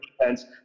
defense